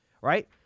right